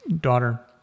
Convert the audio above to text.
daughter